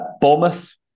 Bournemouth